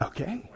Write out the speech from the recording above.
Okay